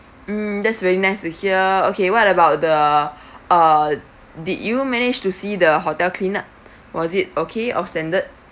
mm that's really nice to hear okay what about the uh did you manage to see the hotel clean up was it okay of standard